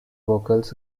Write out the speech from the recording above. vocals